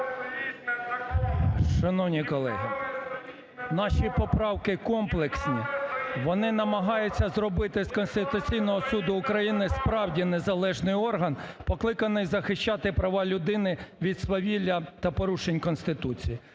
Шановні колеги, наші поправки комплексні, вони намагаються зробити з Конституційного Суду України справді незалежний орган покликаний захищати права людини від свавілля та порушень Конституції.